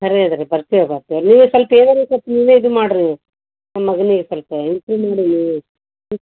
ಖರೆ ಅದು ರೀ ಬರ್ತೇವೆ ಬರ್ತೇವೆ ರೀ ನೀವು ಸ್ವಲ್ಪ ಏನಾರು ಸ್ವಲ್ಪ ನೀವೆ ಇದು ಮಾಡಿರಿ ನಮ್ಮ ಮಗನಿಗೆ ಸ್ವಲ್ಪ ಹೆಲ್ಪು ಮಾಡಿ ನೀವು ಹ್ಞೂ